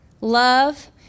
love